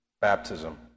Baptism